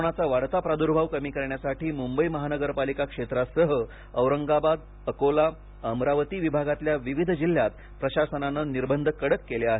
कोरोनाचा वाढता प्राद्र्भाव कमी करण्यासाठी मुंबई महानगरपालिका क्षेत्रासह औरंगाबाद अकोला अमरावती विभागातल्या विविध जिल्ह्यात प्रशासनानं निर्बंध कडक केले आहेत